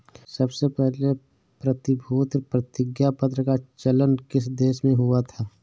सबसे पहले प्रतिभूति प्रतिज्ञापत्र का चलन किस देश में हुआ था?